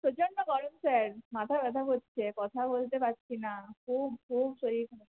প্রচন্ড গরম স্যার মাথা ব্যাথা করছে কথা বলতে পারছি না খুব খুব শরীর খারপ